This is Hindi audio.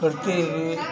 करते यह